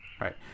Right